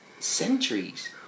Centuries